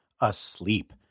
asleep